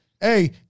Hey